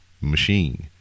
machine